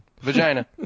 Vagina